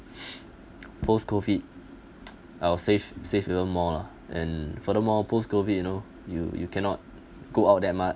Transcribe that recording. post COVID I'll save save even more lah and furthermore post COVID you know you you cannot go out that much